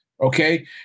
Okay